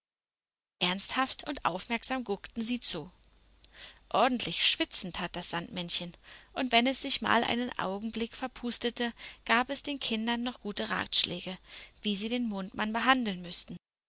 ernsthaft und aufmerksam guckten sie zu ordentlich schwitzen tat das sandmännchen und wenn es sich mal einen augenblick verpustete gab es den kindern noch gute ratschläge wie sie den mondmann behandeln müßten